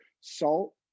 salt